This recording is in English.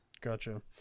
Gotcha